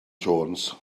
jones